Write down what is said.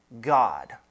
God